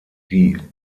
die